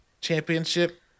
championship